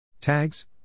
Tags